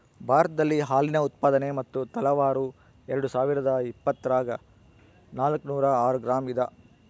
ಭಾರತದಲ್ಲಿ ಹಾಲಿನ ಉತ್ಪಾದನೆ ಮತ್ತು ತಲಾವಾರು ಎರೆಡುಸಾವಿರಾದ ಇಪ್ಪತ್ತರಾಗ ನಾಲ್ಕುನೂರ ಆರು ಗ್ರಾಂ ಇದ